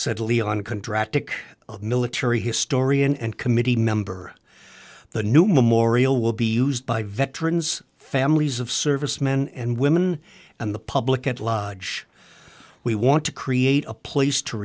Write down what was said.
a military historian and committee member the new memorial will be used by veterans families of servicemen and women and the public at large we want to create a place to